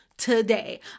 today